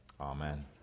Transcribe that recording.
Amen